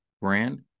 brand